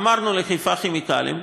אמרנו לחיפה כימיקלים: